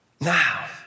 Now